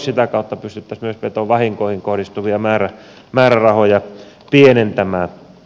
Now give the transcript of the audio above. sitä kautta pystyttäisiin myös petovahinkoihin kohdistuvia määrärahoja pienentämään